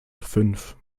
fünf